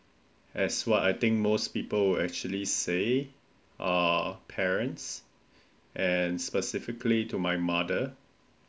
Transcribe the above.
as what I think most people would actually say uh parents and specifically to my mother